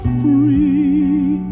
free